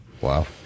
Wow